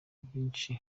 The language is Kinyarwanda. byinshi